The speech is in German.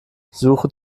suche